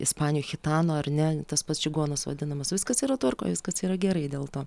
ispanijoj chitano ar ne tas pats čigonas vadinamas viskas yra tvarkoj viskas yra gerai dėl to